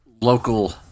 Local